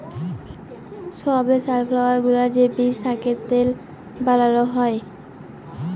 সয়াবিল, sunflower গুলার যে বীজ থ্যাকে তেল বালাল হ্যয়